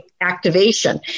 activation